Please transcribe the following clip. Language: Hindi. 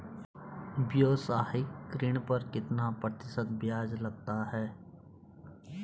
व्यावसायिक ऋण पर कितना प्रतिशत ब्याज लगता है?